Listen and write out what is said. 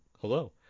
hello